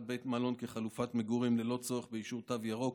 בית מלון כחלופת מגורים ללא צורך באישור תו ירוק